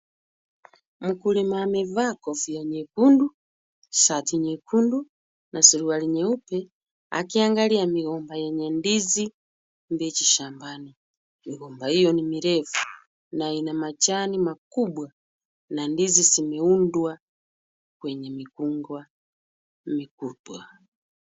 Mkulima amevaa kofia nyekundu, shati nyekundu na suruali nyeupe akiangalia migomba yenye ndizi mbichi shambani. Migomba hiyo ni mirefu na ina majani makubwa na ndizi zimeundwa kwenye migomba mikubwa.